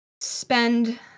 spend